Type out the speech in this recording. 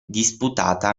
disputata